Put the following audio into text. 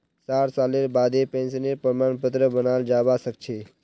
साठ सालेर बादें पेंशनेर प्रमाण पत्र बनाल जाबा सखछे